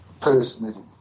personally